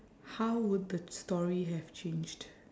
how would the story have changed